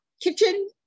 kitchen